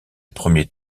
premier